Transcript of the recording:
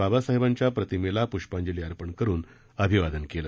बाबासाहेबांच्या प्रतिमेला पुष्पांजली अर्पण करुन अभिवादन केलं